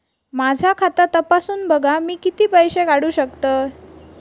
माझा खाता तपासून बघा मी किती पैशे काढू शकतय?